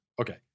Okay